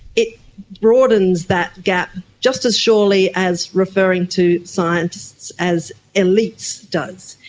it broadens that gap, just as surely as referring to scientists as elites does.